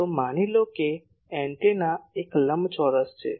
તો માની લો કે એન્ટેના એક લંબચોરસ છે